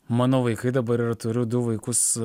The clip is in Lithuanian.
mano vaikai dabar turiu du vaikus